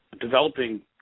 developing